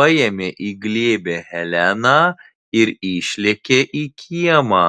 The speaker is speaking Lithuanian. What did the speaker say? paėmė į glėbį heleną ir išlėkė į kiemą